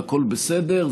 והכול בסדר,